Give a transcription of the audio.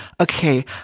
okay